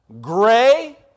gray